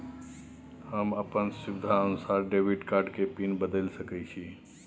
हम अपन सुविधानुसार डेबिट कार्ड के पिन बदल सके छि?